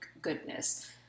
goodness